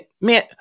man